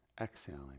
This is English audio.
Exhaling